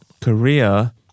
Korea